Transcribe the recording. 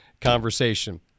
conversation